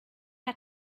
had